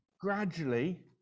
gradually